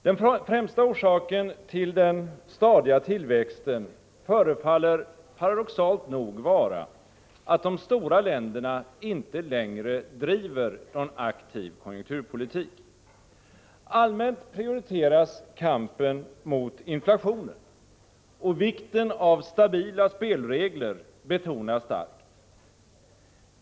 Den främsta orsaken till den stadiga tillväxten förefaller paradoxalt nog vara att de stora länderna inte längre driver någon aktiv konjunkturpolitik. Allmänt prioriteras kampen mot inflationen, och vikten av stabila spelregler betonas starkt.